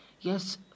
Yes